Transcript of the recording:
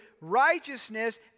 righteousness